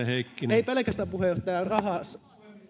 ei pelkästään puheenjohtaja rahassa